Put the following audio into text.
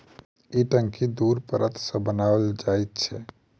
ई टंकी दू परत सॅ बनाओल जाइत छै